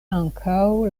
ankaŭ